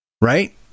right